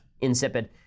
insipid